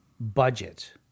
budget